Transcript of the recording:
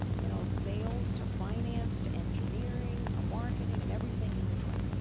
you know, sales to finance to engineering to marketing and everything in between.